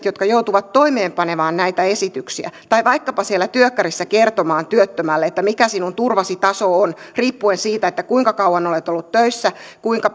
jotka joutuvat toimeenpanemaan näitä esityksiä tai vaikkapa siellä työkkärissä kertomaan työttömälle mikä sinun turvasi taso on riippuen siitä kuinka kauan olet ollut töissä